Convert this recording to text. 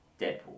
Deadpool